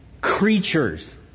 creatures